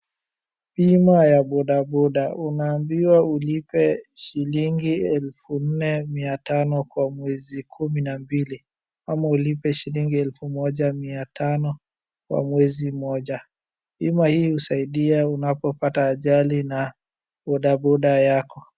Bima ya bodaboda unaambiwa ulipe shilingi elfu nne mia tano kwa miezi kumi na mbili ama ulipe shilingi elfu moja mia tano kwa mwezi mmoja. Bima hii husaidia unapopata ajali na bodaboda yako.